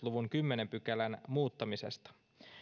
luvun kymmenennen pykälän muuttamisesta